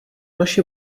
naši